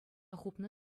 хупнӑ